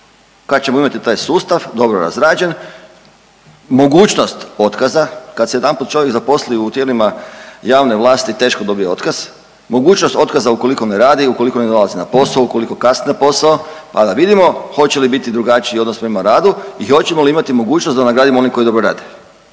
Kada ćemo imati taj sustav dobro razrađen, mogućnost otkaza. Kad se jedanput čovjek zaposli u tijelima javne vlasti teško dobije otkaz. Mogućnost otkaza ukoliko ne radi, ukoliko ne dolazi na posao, ukoliko kasni na posao, pa da vidimo hoće li biti drugačiji odnos prema radu i hoćemo li imati mogućnost da nagradimo one koji dobro rade.